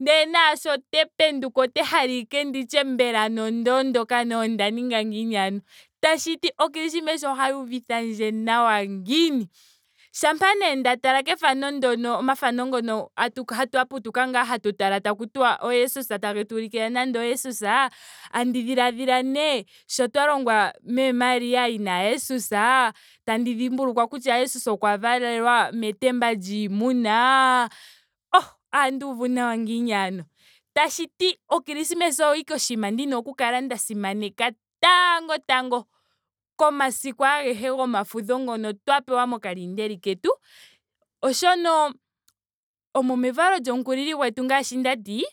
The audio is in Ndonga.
Ndele naasho tandi penduka otandi hala ashike ndi tye mbela ano onda ondoka nenge onda ninga ngiini. Tshiti o krismesa ohayi uvithandje nawa ngiini. Shampa nee nda tala kefano ndyono. omafano ngaa ngono twa putuka hatu tala taku tiwa o jesus. taga tu ulikile nando o jesus tandi dhiladhila nee sho twa longwa mee maria yina ya jesus. tandi dhimbulukwa kutya jesus okwa valelwa metemba lyiimuna. Oh ohandi uvu nawa ngiini ano. Tashiti o krismesa oyo ashike oshinima ndina oku kala nda simaneka tango tango komasiku ahege gomafudho ngoka twa pewa mokalindeli ketu. Oshoka omo mevalo lyomukulili gwetu ngaashi ndati.